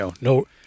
no